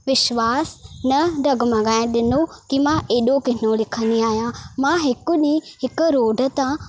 विश्वास न डगमगाइण ॾिनो की मां एॾो किनो लिखंदी आहियां मां हिकु ॾींहुं हिकु रोड तां